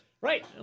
Right